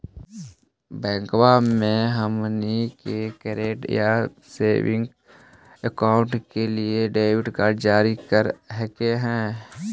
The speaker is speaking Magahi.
बैंकवा मे हमनी के करेंट या सेविंग अकाउंट के लिए डेबिट कार्ड जारी कर हकै है?